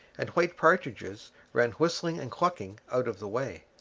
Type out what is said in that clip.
and white partridges ran whistling and clucking out of the way.